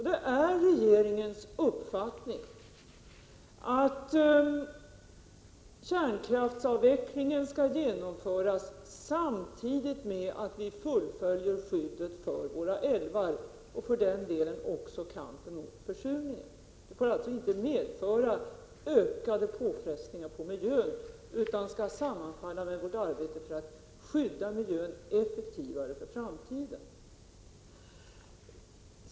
Det är regeringens uppfattning att kärnkraftsavvecklingen skall genomföras samtidigt med att vi fullföljer skyddet för våra älvar och för den delen också kampen mot försurningen. Kärnkraftsavvecklingen får alltså inte medföra ökade påfrestningar på miljön utan skall sammanfalla med vårt arbete för att skydda miljön effektivare för framtiden.